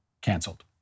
canceled